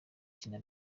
kina